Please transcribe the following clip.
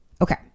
Okay